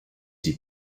die